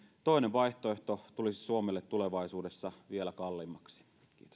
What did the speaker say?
toinen vaihtoehto tulisi suomelle tulevaisuudessa vielä kalliimmaksi